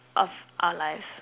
of our lives